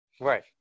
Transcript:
Right